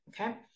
Okay